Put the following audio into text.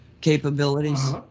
capabilities